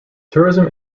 tourism